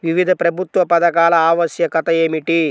వివిధ ప్రభుత్వా పథకాల ఆవశ్యకత ఏమిటి?